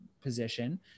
position